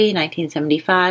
1975